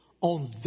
on